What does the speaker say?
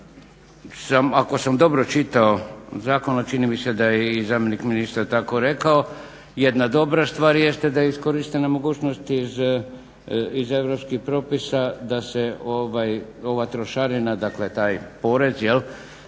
ako sam dobro čitao zakon, a čini mi se da je i zamjenik ministra tako rekao, jedna dobra stvar jeste da je iskorištena mogućnost iz europskih propisa da se ova trošarina dakle taj porez jel,